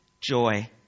joy